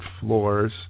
floors